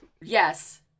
Yes